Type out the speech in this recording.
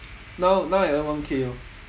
now now I earn one K orh